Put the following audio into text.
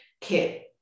kit